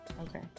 Okay